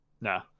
Nah